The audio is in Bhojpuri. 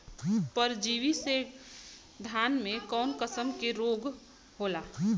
परजीवी से धान में कऊन कसम के रोग होला?